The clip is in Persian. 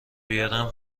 بیارم